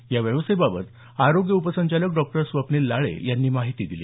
या व्यवस्थेबाबत आरोग्य उपसंचालक डॉ स्वप्नील लाळे यांनी माहिती दिली